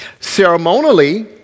Ceremonially